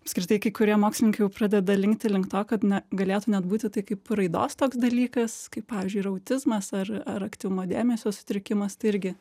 apskritai kai kurie mokslininkai jau pradeda linkti link to kad na galėtų net būti tai kaip raidos toks dalykas kaip pavyzdžiui ir autizmas ar ar aktyvumo dėmesio sutrikimas tai irgi